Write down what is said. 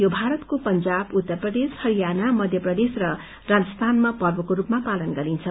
यो भारतको पंजाब उत्तर प्रदेश हरियाणा मध्य प्रदेश र राजस्थानमा पर्वको रूपमा पालन गरिन्छ